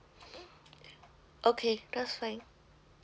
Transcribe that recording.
okay that's fine